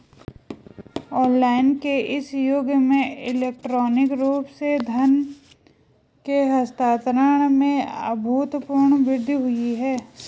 online के इस युग में इलेक्ट्रॉनिक रूप से धन के हस्तांतरण में अभूतपूर्व वृद्धि हुई है